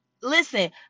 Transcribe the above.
listen